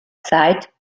zeit